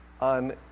on